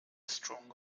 strong